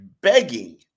begging